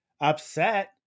upset